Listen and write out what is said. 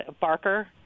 barker